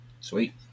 Sweet